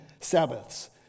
Sabbaths